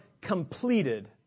completed